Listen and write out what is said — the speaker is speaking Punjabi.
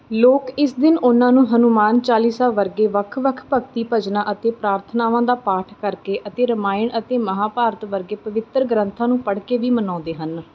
ਲੋਕ ਇਸ ਦਿਨ ਉਹਨਾਂ ਨੂੰ ਹਨੂੰਮਾਨ ਚਾਲੀਸਾ ਵਰਗੇ ਵੱਖ ਵੱਖ ਭਗਤੀ ਭਜਨਾਂ ਅਤੇ ਪ੍ਰਾਰਥਨਾਵਾਂ ਦਾ ਪਾਠ ਕਰਕੇ ਅਤੇ ਰਾਮਾਇਣ ਅਤੇ ਮਹਾਂਭਾਰਤ ਵਰਗੇ ਪਵਿੱਤਰ ਗ੍ਰੰਥਾਂ ਨੂੰ ਪੜ੍ਹ ਕੇ ਵੀ ਮਨਾਉਂਦੇ ਹਨ